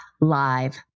live